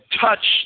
touch